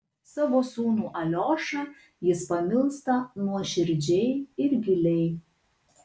savo sūnų aliošą jis pamilsta nuoširdžiai ir giliai